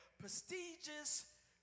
prestigious